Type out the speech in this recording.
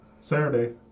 Saturday